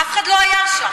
אף אחד לא היה שם.